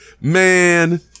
man